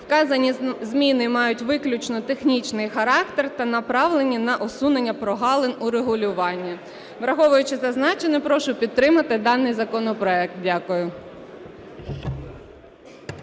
Вказані зміни мають виключно технічний характер та направлені на усунення прогалин у регулюванні. Враховуючи зазначене, прошу підтримати даний законопроект. Дякую.